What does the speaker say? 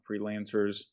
freelancers